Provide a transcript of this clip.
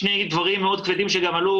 שאלה שני דברים מאוד כבדים שגם עלו